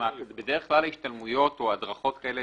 בדרך כלל השתלמויות או הדרכות כאלה,